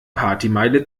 partymeile